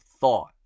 thought